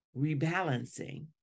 rebalancing